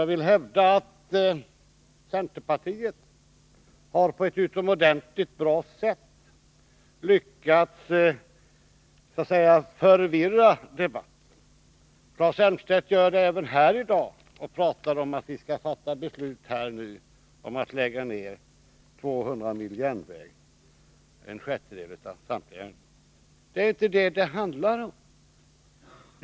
Jag vill hävda att centern i utomordentligt hög grad har lyckats förvirra debatten. Claes Elmstedt gör det även här i dag när han talar om att vi nu skall fatta beslut om att lägga ned 200 mil järnväg, en sjättedel av samtliga järnvägar. Det är inte vad det handlar om.